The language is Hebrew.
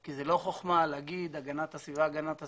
כי זאת לא חכמה להגיד הגנת הסביבה, הגנת הסביבה,